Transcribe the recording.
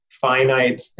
finite